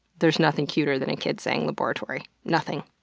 there is nothing cuter than a kid saying laboratory. nothing.